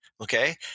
okay